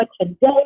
Today